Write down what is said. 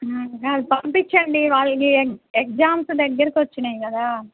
కాదు పంపిచండి వాళ్ళకి ఎగ్జామ్స్ దగ్గరకి వచ్చాయి కదా